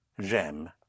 J'aime